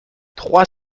trois